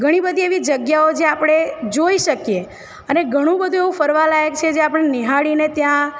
ઘણી બધી એવી જગ્યાઓ જે આપણે જોઈ શકીએ અને ઘણું બધું એવું ફરવાં લાયક છે જે આપણે નિહાળીને ત્યાં